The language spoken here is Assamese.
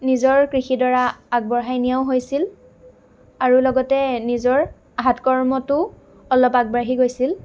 নিজৰ কৃষিডৰা আগবঢ়াই নিয়াও হৈছিল আৰু লগতে নিজৰ হাত কৰ্মটো অলপ আগবাঢ়ি গৈছিল